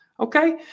Okay